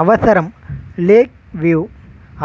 அவசரம் Lake view